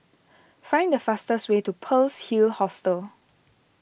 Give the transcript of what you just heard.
find the fastest way to Pearl's Hill Hostel